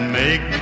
make